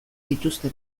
dituzte